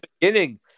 beginning